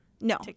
No